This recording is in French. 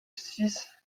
six